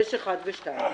5(א)(1) ו-(2).